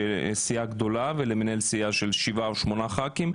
סיעה גדולה למנהל סיעה של 7 או 8 ח"כים,